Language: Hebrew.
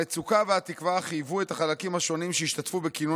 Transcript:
המצוקה והתקווה חייבו את החלקים השונים שהשתתפו בכינון